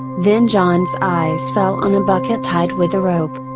then john's eyes fell on a bucket tied with a rope.